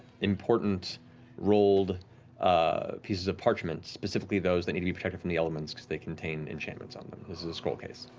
important rolled ah pieces of parchment, specifically those that need to be protected from the elements because they contain enchantments on them. this is a scroll case.